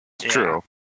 True